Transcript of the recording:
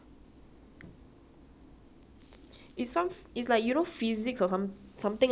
it some is like you know physics or some something like that [one] lah the surface area and pressure thing